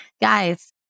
guys